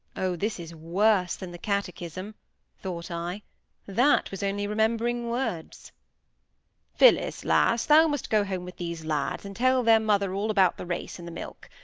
oh! this is worse than the catechism thought i that was only remembering words phillis, lass, thou must go home with these lads, and tell their mother all about the race and the milk.